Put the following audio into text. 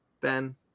Ben